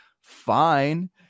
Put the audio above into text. fine